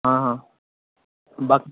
हां हां बस